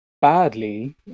badly